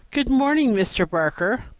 good-morning, mr. barker,